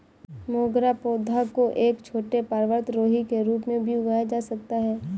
मोगरा पौधा को एक छोटे पर्वतारोही के रूप में भी उगाया जा सकता है